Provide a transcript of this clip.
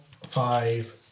five